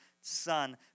son